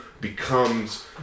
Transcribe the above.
becomes